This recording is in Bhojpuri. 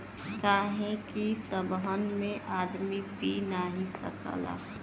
काहे कि सबहन में आदमी पी नाही सकला